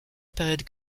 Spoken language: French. période